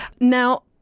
Now